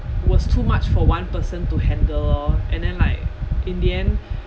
it was too much for one person to handle lor and then like in the end